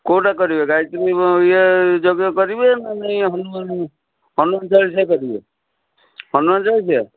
କେଉଁଟା କରିବେ ଗାୟତ୍ରୀ ଇଏ ଯଜ୍ଞ କରିବେ ନା ନାହିଁ ହନୁମାନ ହନୁମାନ ଚାଳିଶା କରିବେ ହନୁମାନ ଚାଳିଶିଆ